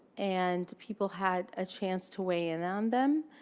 and people had a chance to weigh in on them.